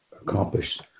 accomplish